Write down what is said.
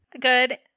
Good